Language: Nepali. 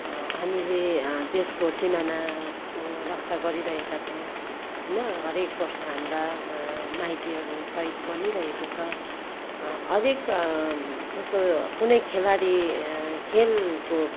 हामीले देशको सिमानाको रक्षा गरिरहेका छौँ होइन हरेक वर्ष हाम्रा माइतीहरू सहिद बनिरहेको छ हरेक जस्तो कुनै खेलाडी खेलको